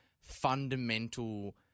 fundamental